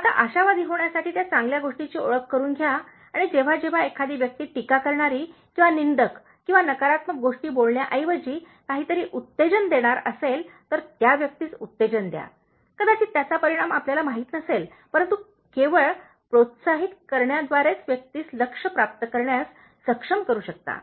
आता आशावादी होण्यासाठी त्या चांगल्या गोष्टीची ओळख करुन घ्या आणि जेव्हा जेव्हा एखादी व्यक्ती टीका करणारी किंवा निंदक किंवा नकारात्मक गोष्टी बोलण्याऐवजी काहीतरी उत्तेजन देणार असेल तर त्या व्यक्तीस उत्तेजन द्या कदाचित त्याचा परिणाम आपल्याला माहित नसेल परंतु केवळ प्रोत्साहित करण्याद्वारेच व्यक्तीस लक्ष्य प्राप्त करण्यास सक्षम करू शकता